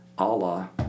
Allah